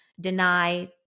deny